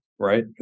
Right